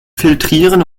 filtrieren